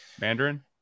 Mandarin